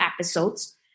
episodes